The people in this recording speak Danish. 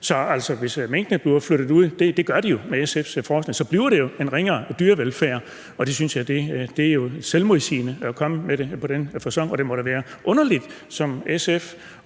Så hvis minkproduktionen bliver flyttet ud – og det gør den jo med SF's forslag – bliver det en ringere dyrevelfærd. Det er jo selvmodsigende at komme med det på den facon. Og det må da være underligt som SF'er